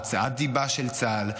הוצאת דיבה של צה"ל.